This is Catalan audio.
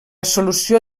solució